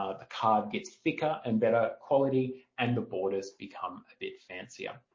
ah the card gets thicker and better quality and the borders become a bit fancier.